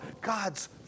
God's